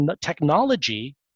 technology